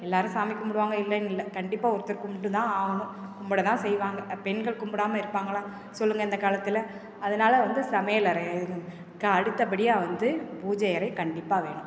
எல்லாரும் சாமி கும்பிடுவாங்க இல்லன் இல்லை கண்டிப்பாக ஒருத்தர் கும்பிட்டு தான் ஆகணும் கும்பிட தான் செய்வாங்கள் பெண்கள் கும்பிடாம இருப்பாங்களா சொல்லுங்கள் இந்த காலத்தில் அதனால் வந்து சமையல் அறையை இதுக்கு அடுத்த படியாக வந்து பூஜை அறை கண்டிப்பாக வேணும்